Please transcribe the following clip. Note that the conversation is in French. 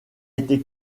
été